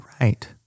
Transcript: Right